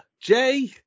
Jay